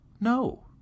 No